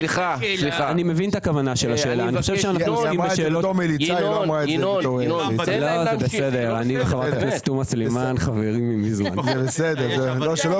היא תחול על אנשים פרטיים ולא